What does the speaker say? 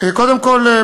קודם כול,